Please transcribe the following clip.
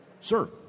Sir